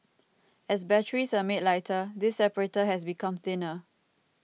as batteries are made lighter this separator has become thinner